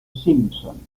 simpson